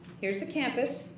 here's the campus,